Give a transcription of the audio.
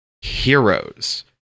heroes